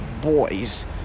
Boys